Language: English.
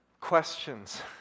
questions